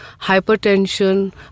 hypertension